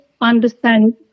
understand